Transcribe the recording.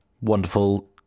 wonderful